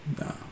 No